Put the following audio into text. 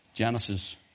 Genesis